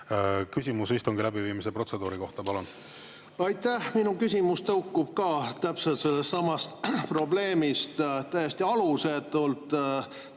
küsimus istungi läbiviimise protseduuri kohta, palun! Aitäh! Minu küsimus tõukub ka täpselt sellestsamast probleemist. Minister